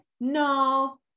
no